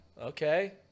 Okay